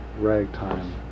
ragtime